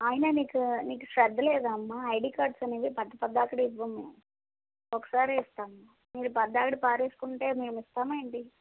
అయినా నీకూ నీకు శ్రద్ద లేదామ్మా ఐడీ కార్డ్స్ అనేవి పద్ద పద్దాకడి ఇవ్వము ఒకసారే ఇస్తాము మీరు పద్దాయడ పారేసుకుంటే మేము ఇస్తామా ఏంటి